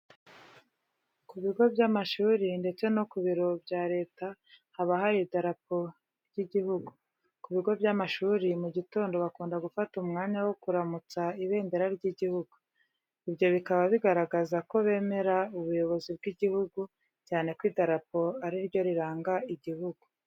Ku bigo by'amashuri ndetse no ku biro bya Leta haba hari idirapo ry'igihugu. Ku bigo by'amashuri mu gitondo bakunda gufata umwanya wo kuramutsa ibendera ry'igihugu, ibyo bikaba bigaragaza ko bemera ubuyobozi bw'igihugu cyane ko idarapo ari ryo riranga igihugu.